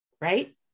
right